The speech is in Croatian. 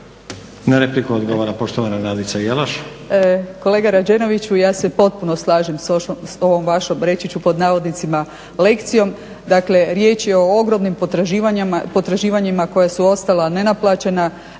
Na repliku odgovara poštovana Nadica Jelaš.